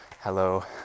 Hello